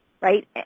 right